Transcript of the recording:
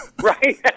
right